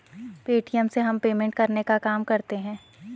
Paytm से हम payment करने का काम करते है